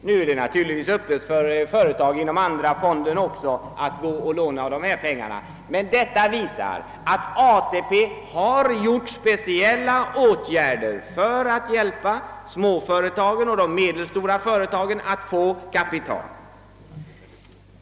Nu är det naturligtvis möjligt även för andra företag att låna av dessa pengar, men detta visar ändå att man vidtagit speciella åtgärder för att med ATP-medel hjälpa småföretagen och de medelstora företagen att få kapital.